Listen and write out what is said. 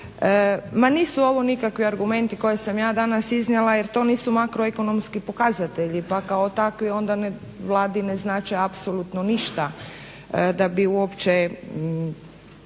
Ma nisu ovo nikakvih argumenti koje sam ja danas iznijela jer to nisu makroekonomski pokazatelji, pa kako takvi onda Vladi ne znače apsolutno ništa da bi uopće